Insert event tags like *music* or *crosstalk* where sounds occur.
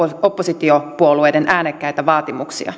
oppositiopuolueiden äänekkäitä vaatimuksia *unintelligible*